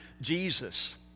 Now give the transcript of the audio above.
Jesus